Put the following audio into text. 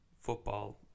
football